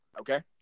okay